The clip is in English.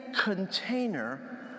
container